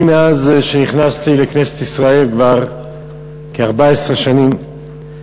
מאז נכנסתי לכנסת ישראל, כבר כ-14 שנים,